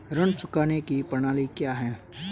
ऋण चुकाने की प्रणाली क्या है?